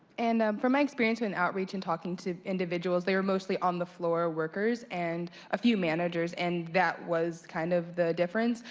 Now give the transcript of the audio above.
and um from my experience and outreach and talking to individuals, they are mostly on the floor workers. and a few managers and that was kind of the difference.